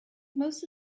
most